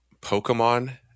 Pokemon